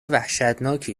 وحشتناکی